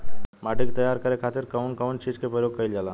माटी के तैयार करे खातिर कउन कउन चीज के प्रयोग कइल जाला?